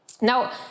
Now